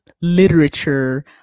literature